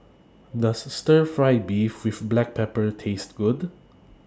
Does Stir Fry Beef with Black Pepper Taste Good